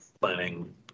planning